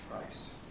Christ